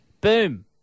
Boom